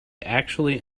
actually